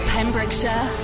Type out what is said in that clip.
Pembrokeshire